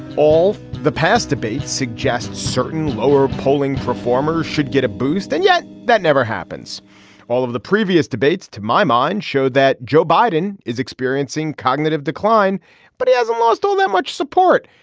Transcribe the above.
all the past debates suggest certain lower polling performers should get a boost and yet that never happens all of the previous debates to my mind showed that joe biden is experiencing cognitive decline but he hasn't lost all that much support.